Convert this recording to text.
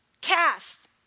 Cast